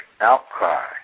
outcry